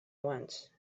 once